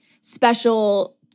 special